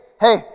hey